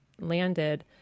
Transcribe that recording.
landed